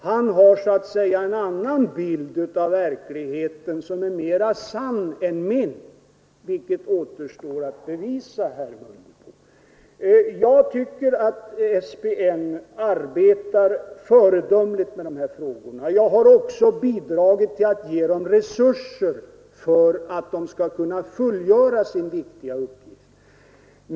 Herr Mundebo tycker att han har en annan bild av verkligheten som är mera sann än min — vilket återstår att bevisa, herr Mundebo. Jag tycker att SPN arbetar föredömligt med de här frågorna. Jag har också bidragit till att ge SPN resurser för att nämnden skall kunna fullgöra sin viktiga uppgift.